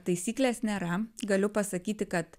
taisyklės nėra galiu pasakyti kad